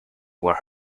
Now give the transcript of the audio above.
were